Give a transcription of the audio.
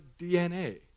DNA